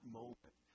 moment